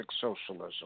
socialism